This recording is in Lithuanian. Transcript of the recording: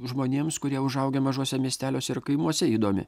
žmonėms kurie užaugę mažuose miesteliuose ir kaimuose įdomi